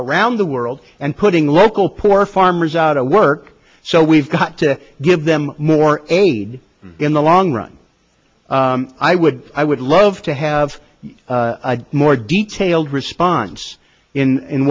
around the world and putting local poor farmers out of work so we've got to give them more aid in the long run i would i would love to have a more detailed response in